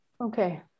Okay